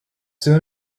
soon